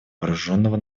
вооруженного